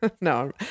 No